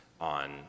on